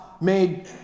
made